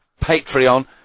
Patreon